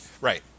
Right